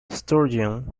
sturgeon